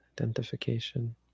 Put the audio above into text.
identification